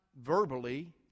verbally